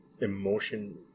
emotion